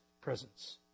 presence